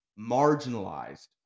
marginalized